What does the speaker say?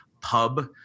pub